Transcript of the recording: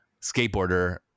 skateboarder